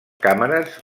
càmeres